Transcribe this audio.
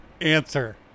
answer